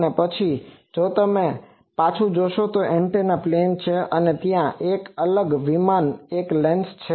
અને પછી જો આ તમે પાછું જોશો તો આ એન્ટેના પ્લેન છે અને ત્યાં એક અલગ વિમાનમાં એક લેન્સ છે